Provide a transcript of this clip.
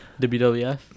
WWF